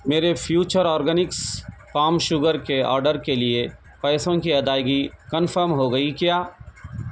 میرے future organics palm sugar کے order کے لیے پیسوں کی ادائیگی کنفرم ہو گئی کیا